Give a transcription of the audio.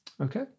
Okay